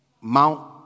Mount